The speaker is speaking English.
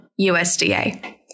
USDA